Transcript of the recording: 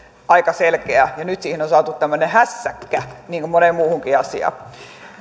aika selkeä ja nyt siihen on on saatu tämmöinen hässäkkä niin kuin moneen muuhunkin asiaan